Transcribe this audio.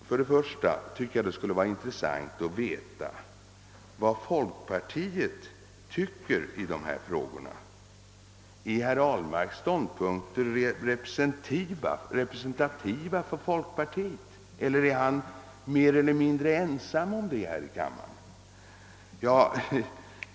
För det första skulle det vara intressant att veta vad folkpartiet tycker i dessa båda avseenden: Är herr Ahlmarks ståndpunkter representativa för folkpartiet eller är han mer eller mindre ensam om sin uppfattning?